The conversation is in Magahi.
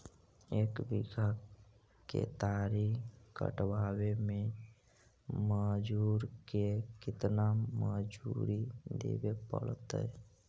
एक बिघा केतारी कटबाबे में मजुर के केतना मजुरि देबे पड़तै?